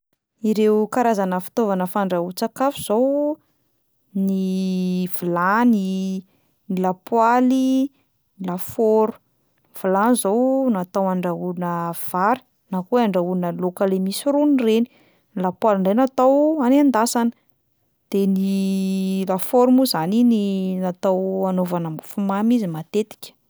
Ireo karazana fitaovana fandrahoan-tskafo zao: ny vilany, ny lapoaly, ny lafaoro; vilany zao natao handrahoina vary na koa hoe handrahoina laoka le misy rony reny, lapoaly indray natao hanendasana, de ny lafaoro moa zany iny natao hanaovana mofomamy izy matetika.